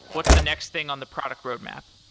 what's the next thing on the product roadmap?